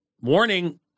warning